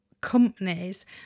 companies